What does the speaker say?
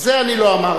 את זה אני לא אמרתי.